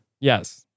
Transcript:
Yes